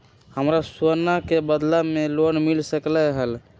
हमरा सोना के बदला में लोन मिल सकलक ह?